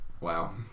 Wow